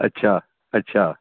अच्छा अच्छा